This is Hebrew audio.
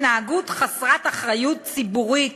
התנהגות חסרת אחריות ציבורית